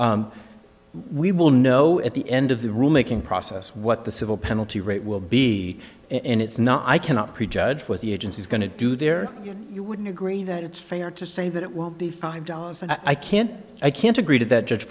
part we will know at the end of the rule making process what the civil penalty rate will be and it's not i cannot prejudge what the agency is going to do there you wouldn't agree that it's fair to say that it won't be five dollars and i can't i can't agree to that judge